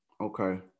Okay